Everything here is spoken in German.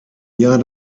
jahr